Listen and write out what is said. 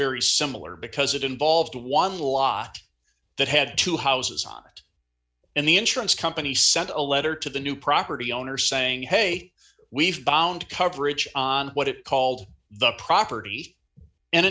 very similar because it involved one lot that had two houses on it and the insurance company sent a letter to the new property owner saying hey we found coverage on what it called the property and